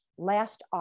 last